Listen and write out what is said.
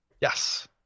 Yes